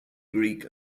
greek